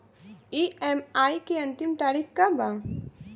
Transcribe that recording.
EMI के अंतिम तारीख का बा?